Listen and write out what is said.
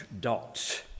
dots